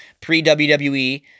pre-WWE